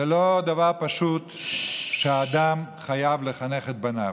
זה לא דבר פשוט שאדם חייב לחנך את בניו.